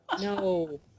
No